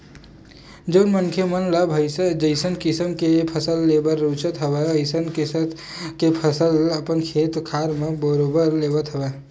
जउन मनखे मन ल जइसन किसम के फसल लेबर रुचत हवय अइसन किसम के फसल अपन खेत खार मन म बरोबर लेवत हवय